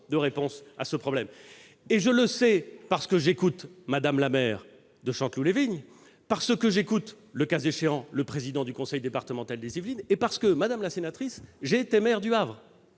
de réponse à ce problème. Je le sais, parce que j'écoute Mme la maire de Chanteloup-les-Vignes, parce que j'écoute, le cas échéant, le président du conseil départemental des Yvelines et parce que, madame la sénatrice, j'ai été maire du Havre